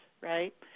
right